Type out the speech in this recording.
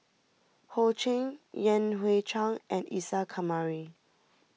Ho Ching Yan Hui Chang and Isa Kamari